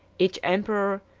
each emperor,